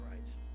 Christ